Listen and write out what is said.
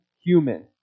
human